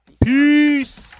peace